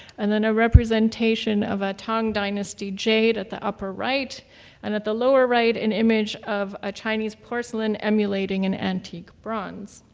and then a representation of a tang dynasty jade at the upper right and at the lower right, an image of a chinese porcelain emulating an antique bronze.